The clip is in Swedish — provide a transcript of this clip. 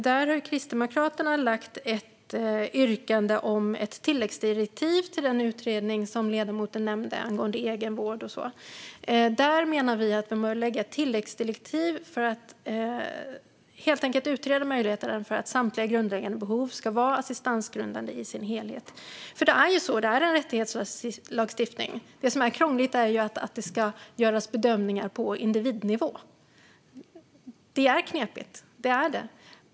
Där har Kristdemokraterna ett yrkande om ett tilläggsdirektiv till den utredning som ledamoten nämnde angående egenvård och sådant. Vi menar att man bör göra ett tilläggsdirektiv för att utreda möjligheten att samtliga grundläggande behov ska vara assistansgrundande i sin helhet. Det är ju så som ledamoten säger - det är en rättighetslag. Det som är krångligt är att det ska göras bedömningar på individnivå. Det är knepigt; det är det.